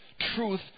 Truth